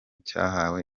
cyahawe